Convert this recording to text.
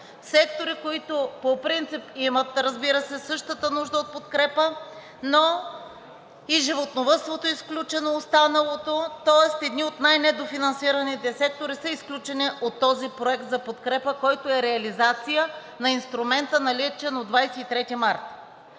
сектори, които по принцип имат, разбира се, същата нужда от подкрепа, но и животновъдството е изключено, останалото, тоест едни от най-недофинансираните сектори са изключени от този проект за подкрепа, който е реализация на инструмента, наличен от 23 март.